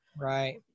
Right